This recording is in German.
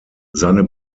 seine